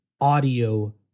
audio